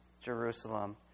Jerusalem